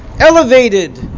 elevated